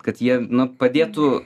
kad jie nu padėtų